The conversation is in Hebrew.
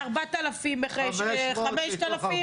4,000, 5,000?